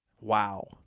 Wow